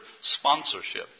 sponsorship